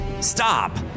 Stop